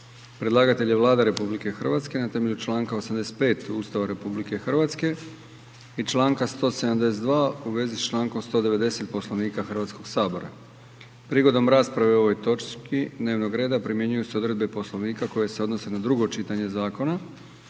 Predlagatelj je Vlada RH na temelju članka 85. Ustava RH i članka 172. u vezi s člankom 190. Poslovnika Hrvatskoga sabora. Prigodom rasprave o ovoj točki dnevnog reda primjenjuju se odredbe Poslovnika koje se odnose na drugo čitanje zakona.